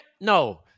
No